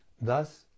Thus